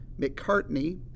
McCartney